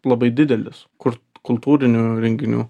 labai didelis kur kultūrinių renginių